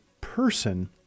person